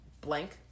blank